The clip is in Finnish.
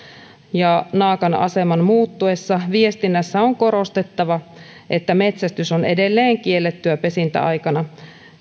ja naakan aseman muuttuessa viestinnässä on korostettava että metsästys on edelleen kiellettyä pesintäaikana